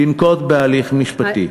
לנקוט הליך משפטי.